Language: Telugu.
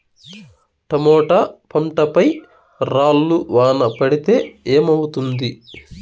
టమోటా పంట పై రాళ్లు వాన పడితే ఏమవుతుంది?